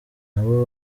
nabo